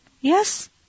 Yes